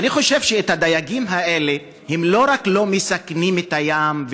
אני חושב שהדייגים האלה לא רק לא מסכנים את הים,